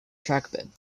trackbed